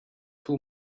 two